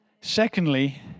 Secondly